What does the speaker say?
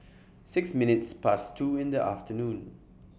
six minutes Past two in The afternoon